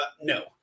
no